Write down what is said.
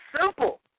simple